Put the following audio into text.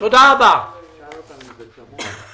תודה רבה, הישיבה נעולה.